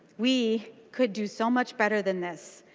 we could do so much better than this.